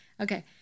Okay